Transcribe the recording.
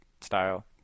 style